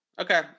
Okay